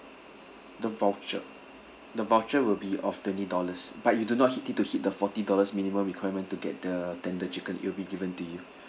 the voucher the voucher will be of twenty dollars but you do not hit need to hit the forty dollars minimum requirement to get the tender chicken it'll be given to you